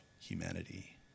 humanity